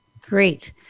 Great